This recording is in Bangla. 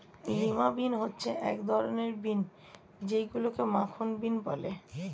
লিমা বিন হচ্ছে এক ধরনের বিন যেইগুলোকে মাখন বিন বলে